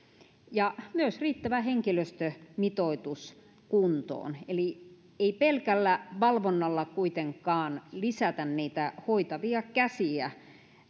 ja myös riittävä henkilöstömitoitus kuntoon eli ei pelkällä valvonnalla kuitenkaan lisätä niitä hoitavia käsiä